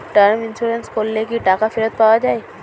Term insurance করলে কি টাকা ফেরত পাওয়া যায়?